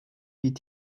wie